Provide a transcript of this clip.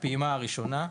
הפעימה הראשונה.